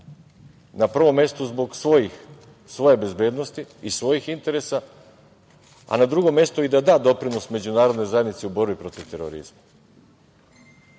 Na prvom mestu zbog svoje bezbednosti i svojih interesa, a na drugom mestu i da da doprinos međunarodnoj zajednici u borbi protiv terorizma,